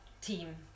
team